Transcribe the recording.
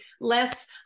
less